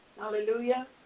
Hallelujah